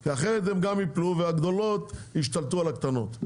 כי אחרת הן גם ייפלו והגדולות ישתלטו על הקטנות.